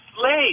slave